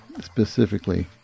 specifically